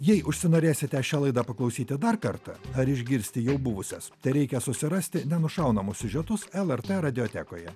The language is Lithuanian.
jei užsinorėsite šią laidą paklausyti dar kartą ar išgirsti jau buvusias tereikia susirasti nenušaunamus siužetus lrt radiotekoje